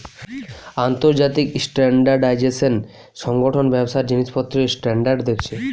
আন্তর্জাতিক স্ট্যান্ডার্ডাইজেশন সংগঠন ব্যবসার জিনিসপত্রের স্ট্যান্ডার্ড দেখছে